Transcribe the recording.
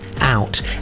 out